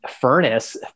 furnace